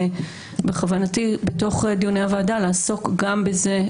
בכוונתי בדיוני הוועדה לעסוק גם בזה,